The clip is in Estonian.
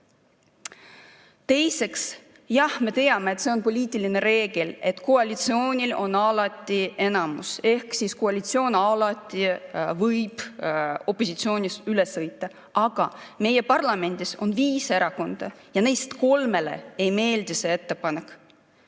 Teiseks, jah, me teame, et see on poliitiline reegel, et koalitsioonil on alati enamus ehk koalitsioon võib alati opositsioonist üle sõita, aga meie parlamendis on viis erakonda ja neist kolmele ei meeldi see ettepanek.